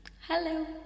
Hello